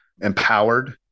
empowered